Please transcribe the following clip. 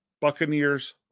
Buccaneers